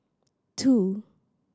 two